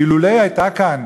אילולא הייתה כאן